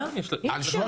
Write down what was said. אי אפשר